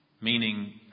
Meaning